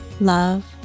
Love